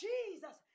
Jesus